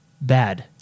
bad